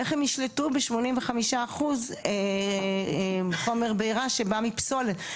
איך הם ישלטו ב-85 אחוז חומר בעירה שבא מפסולת,